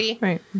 Right